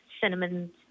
cinnamon